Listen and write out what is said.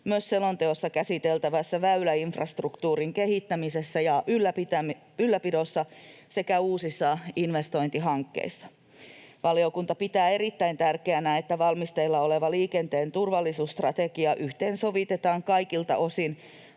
myös selonteossa käsiteltävässä väyläinfrastruktuurin kehittämisessä ja ylläpidossa sekä uusissa investointihankkeissa. Valiokunta pitää erittäin tärkeänä, että valmisteilla oleva liikenteen turvallisuusstrategia yhteensovitetaan kaikilta osin